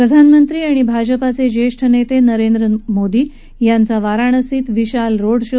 प्रधानमंत्री आणि भाजपाच उत्यात नसा उरेंद्र मोदी यांचा वाराणसीत विशाल रोड शो